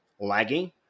lagging